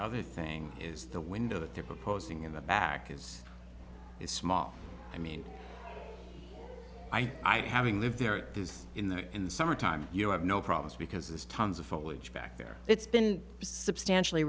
other thing is the window that they're proposing in the back is the small i mean i'm having lived there in the in the summertime you have no problems because there's tons of foliage back there it's been substantially